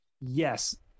yes